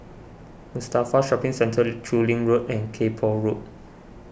Mustafa Shopping Centre Chu Lin Road and Kay Poh Road